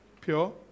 Pure